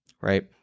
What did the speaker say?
right